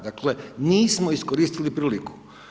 Dakle nismo iskoristili priliku.